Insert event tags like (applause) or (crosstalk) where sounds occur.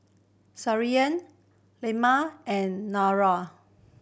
(unintelligible) Leman and Nurul